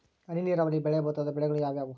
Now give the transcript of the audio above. ಹನಿ ನೇರಾವರಿಯಲ್ಲಿ ಬೆಳೆಯಬಹುದಾದ ಬೆಳೆಗಳು ಯಾವುವು?